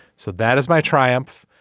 so that is my triumph.